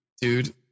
Dude